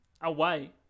away